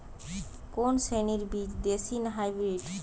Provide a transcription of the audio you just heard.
কোন শ্রেণীর বীজ দেশী না হাইব্রিড?